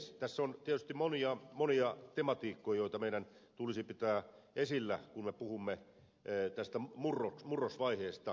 tässä on tietysti monia monia tematiikkoja joita meidän tulisi pitää esillä kun me puhumme tästä murrosvaiheesta